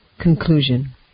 Conclusion